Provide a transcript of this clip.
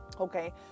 Okay